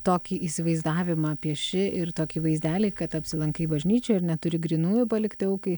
tokį įsivaizdavimą pieši ir tokį vaizdelį kad apsilankai bažnyčioj ir neturi grynųjų palikti aukai